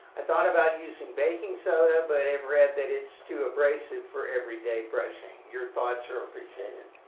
i thought about using baking soda but read that it's too abrasive for everyday brushing your thoughts are appreciated.